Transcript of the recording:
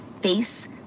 face